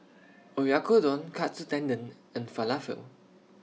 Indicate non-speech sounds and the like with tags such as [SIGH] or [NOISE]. [NOISE] Oyakodon Katsu Tendon and Falafel